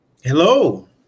Hello